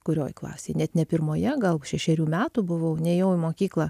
kurioj klasėj net ne pirmoje gal šešerių metų buvau nėjau į mokyklą